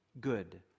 good